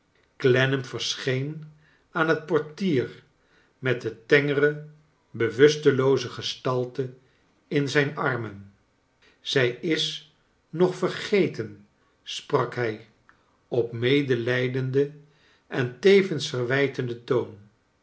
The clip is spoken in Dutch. clennam verscheen aan het portier met de tengere bewustelooze gestalte in zijn armen zij is nog vergeten sprak hij op medelijdenden en tevens verwijtenden toon